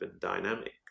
dynamic